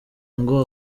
ngo